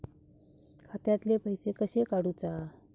खात्यातले पैसे कशे काडूचा?